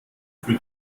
für